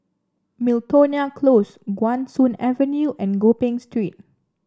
Miltonia Close Guan Soon Avenue and Gopeng Street